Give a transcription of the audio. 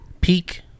Peak